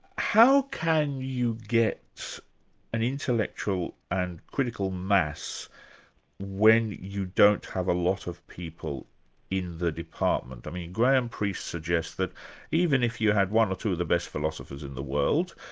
how can you get an intellectual and critical mass when you don't have a lot of people in the department? i mean graham priest suggests that even if you had one or two of the best philosophers in the world,